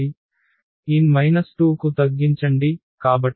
n 2 కు తగ్గించండి కాబట్టి